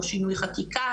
או שינוי חקיקה,